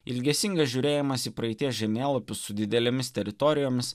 ilgesingas žiūrėjimas į praeities žemėlapius su didelėmis teritorijomis